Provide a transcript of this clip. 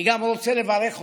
אני גם רוצה לברך אותך,